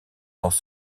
dans